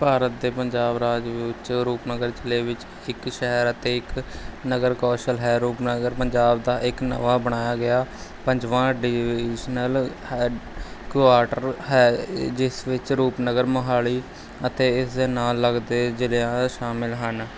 ਭਾਰਤ ਦੇ ਪੰਜਾਬ ਰਾਜ ਵਿੱਚ ਰੂਪਨਗਰ ਜ਼ਿਲ੍ਹੇ ਵਿੱਚ ਇੱਕ ਸ਼ਹਿਰ ਅਤੇ ਇੱਕ ਨਗਰ ਕੌਂਸਲ ਹੈ ਰੂਪਨਗਰ ਪੰਜਾਬ ਦਾ ਇੱਕ ਨਵਾਂ ਬਣਾਇਆ ਗਿਆ ਪੰਜਵਾਂ ਅਡੀਸ਼ਨਲ ਹੈੱਡਕੁਆਟਰ ਹੈ ਜਿਸ ਵਿੱਚ ਰੂਪਨਗਰ ਮੋਹਾਲੀ ਅਤੇ ਇਸ ਦੇ ਨਾਲ ਲੱਗਦੇ ਜ਼ਿਲ੍ਹੇ ਸ਼ਾਮਿਲ ਹਨ